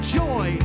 joy